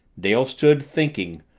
dale stood thinking,